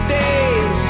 days